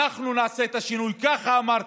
אנחנו נעשה את השינוי, ככה אמרתם.